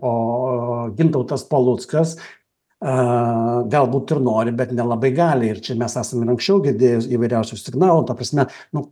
o gintautas paluckas aaa galbūt ir nori bet nelabai gali ir čia mes esam ir anksčiau girdėjęs įvairiausių signalų ta prasme nu